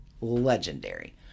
legendary